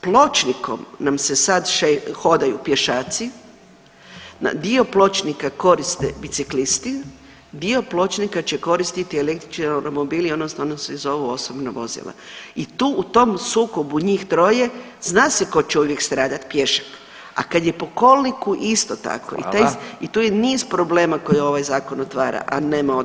Pločnikom nam se sad hodaju pješaci, dio pločnika koriste biciklisti, dio pločnika će koristiti električni romobili odnosno ona se zovu osobna vozila i u tom sukobu njih troje zna se ko će uvijek stradat, pješak, a kad je po kolniku isto tako [[Upadica Radin: Hvala.]] i tu je niz problema koje ovaj zakon otvara, a nema odgovora.